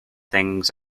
things